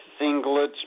singlets